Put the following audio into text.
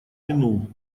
минул